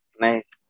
Nice